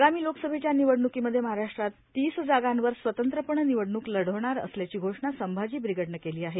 आगामी लोकसभेच्या निवडणुकीमध्ये महाराष्ट्रात तीस जागांवर स्वतंत्रपणे निवडणुक लढवणार असल्याची घोषणा संभाजी ब्रिगेडनं केली आहे